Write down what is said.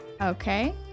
Okay